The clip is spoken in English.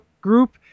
group